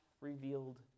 revealed